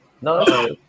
No